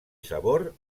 sabor